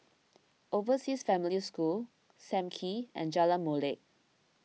Overseas Family School Sam Kee and Jalan Molek